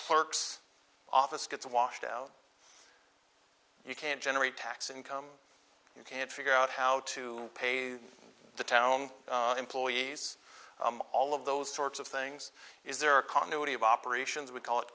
clerk's office gets washed out you can't generate tax income you can't figure out how to pay the town employees all of those sorts of things is there a continuity of operations we call it